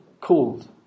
called